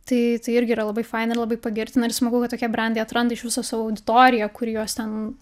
tai tai irgi yra labai faina ir labai pagirtina ir smagu kad tokie brandai atranda iš viso savo auditoriją kuri juos ten